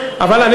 67',